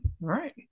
right